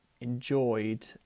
enjoyed